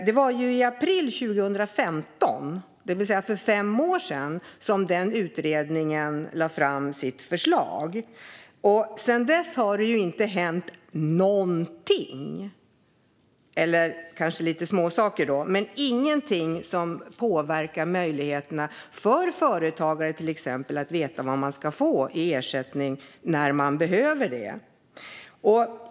Det var i april 2015, för fem år sedan, som den utredningen lade fram sitt förslag. Sedan dess har det inte hänt någonting - eller kanske några småsaker, men ingenting som påverkar möjligheterna för till exempel företagare att veta vad de ska få i ersättning när de behöver det.